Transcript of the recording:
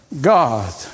God